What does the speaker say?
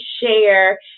share